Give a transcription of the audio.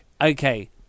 okay